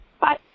Bye